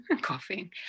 coughing